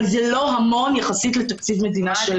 אבל זה לא המון יחסית לתקציב מדינה שלם.